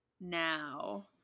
now